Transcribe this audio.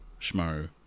Schmo